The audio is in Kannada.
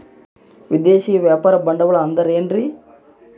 ವಿದೇಶಿಯ ವ್ಯಾಪಾರ ಬಂಡವಾಳ ಅಂದರೆ ಏನ್ರಿ?